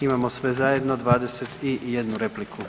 Imamo sve zajedno 21 repliku.